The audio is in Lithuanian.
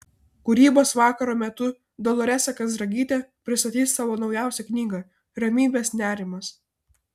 kūrybos vakaro metu doloresa kazragytė pristatys savo naujausią knygą ramybės nerimas